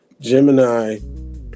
gemini